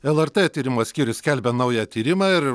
lrt tyrimų skyrius skelbia naują tyrimą ir